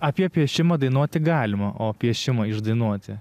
apie piešimą dainuoti galima o piešimą išdainuoti